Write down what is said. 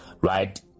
right